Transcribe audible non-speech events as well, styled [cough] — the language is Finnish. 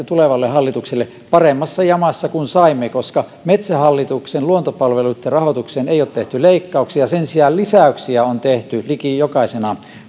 [unintelligible] tulevalle hallitukselle paremmassa jamassa kuin saimme koska metsähallituksen luontopalveluitten rahoitukseen ei ole tehty leikkauksia sen sijaan lisäyksiä on tehty liki jokaisena